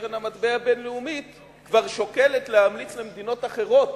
שקרן המטבע הבין-לאומית כבר שוקלת להמליץ למדינות אחרות